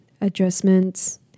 adjustments